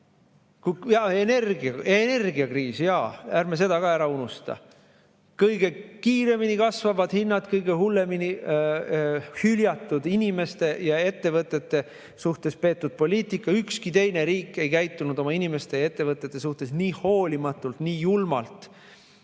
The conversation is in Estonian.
tagasi. Energiakriis, jaa, ärme seda ka ära unusta. Kõige kiiremini kasvavad hinnad, kõige hullemini inimesi ja ettevõtteid hülgav poliitika. Ükski teine riik ei käitunud oma inimeste ja ettevõtete suhtes nii hoolimatult, nii julmalt